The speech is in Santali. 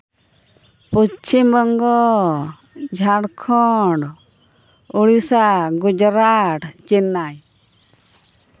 ᱯᱚᱥᱪᱷᱤᱢ ᱵᱚᱝᱜᱚ ᱡᱷᱟᱲᱠᱷᱚᱸᱰ ᱳᱲᱤᱥᱥᱟ ᱜᱩᱡᱽᱨᱟᱴ ᱪᱮᱱᱱᱟᱭ